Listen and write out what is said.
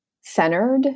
centered